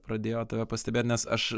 pradėjo tave pastebėt nes aš